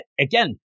again